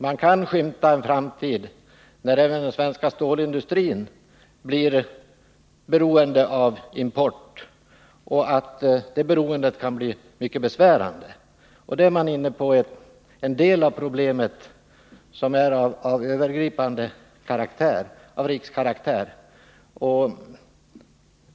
Man kan skymta en framtid när även den svenska stålindustrin blir beroende av import, och det beroendet kan bli mycket besvärande. Då är man inne på en del av det problem som är av övergripande karaktär, av rikskaraktär.